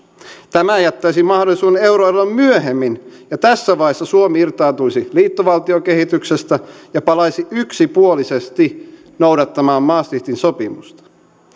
tämä jättäisi mahdollisuuden euroeroon myöhemmin ja tässä vaiheessa suomi irtaantuisi liittovaltiokehityksestä ja palaisi yksipuolisesti noudattamaan maastrichtin sopimusta